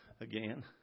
again